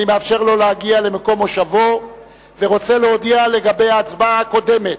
אני מאפשר לו להגיע למקום מושבו ורוצה להודיע לגבי ההצבעה הקודמת.